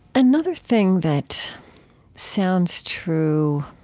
another thing that sounds true,